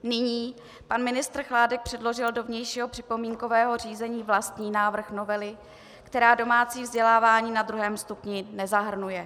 Nyní pan ministr Chládek předložil do vnějšího připomínkového řízení vlastní návrh novely, která domácí vzdělávání na druhém stupni nezahrnuje.